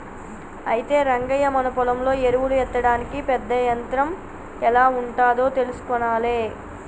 అయితే రంగయ్య మన పొలంలో ఎరువులు ఎత్తడానికి పెద్ద యంత్రం ఎం ఉంటాదో తెలుసుకొనాలే